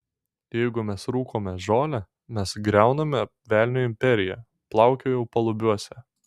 jeigu mes rūkome žolę mes griauname velnio imperiją plaukiojau palubiuose